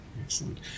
Excellent